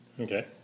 Okay